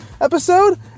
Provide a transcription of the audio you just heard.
episode